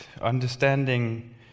understanding